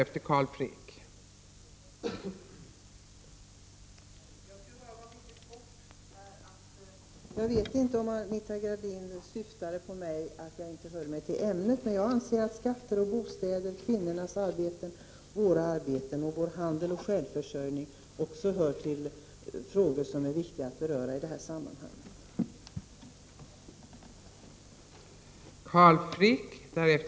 Fru talman! Jag vet inte om Anita Gradin åsyftade mig när hon talade om att hålla sig till ämnet. Jag anser emellertid att skatter, bostäder, kvinnors arbete, våra arbeten, vår handel och vår självförsörjning hör till frågor som det är viktigt att beröra i det här sammanhanget.